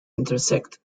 intersect